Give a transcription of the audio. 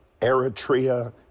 Eritrea